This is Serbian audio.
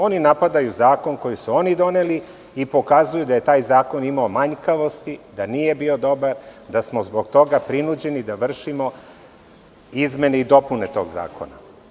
Oni napadaju zakon koji su oni doneli i pokazuju da je taj zakon imao manjkavosti, da nije bio dobar, da smo zbog toga prinuđeni da vršimo izmene i dopune tog zakona.